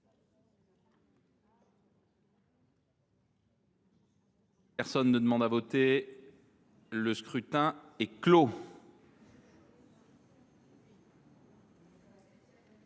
Personne ne demande plus à voter ?… Le scrutin est clos.